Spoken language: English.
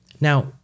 Now